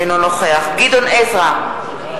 אינו נוכח גדעון עזרא,